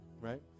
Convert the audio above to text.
Right